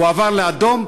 הוא עבר לאדום,